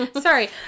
Sorry